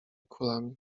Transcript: kulami